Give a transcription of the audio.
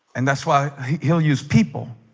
and that's why he'll use people